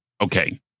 okay